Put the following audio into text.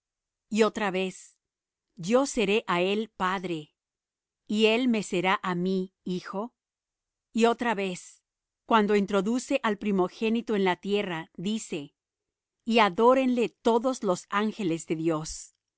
y otra vez yo seré á él padre y él me será á mí hijo y otra vez cuando introduce al primogénito en la tierra dice y adórenle todos los ángeles de dios